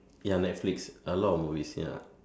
ya netflix a lot of movies ya